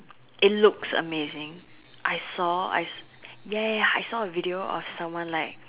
it looks amazing I saw I ya ya ya I saw a video of someone like